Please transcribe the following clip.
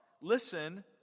Listen